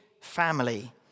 family